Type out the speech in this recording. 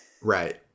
Right